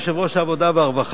שהיה יושב-ראש ועדת העבודה והרווחה,